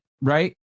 right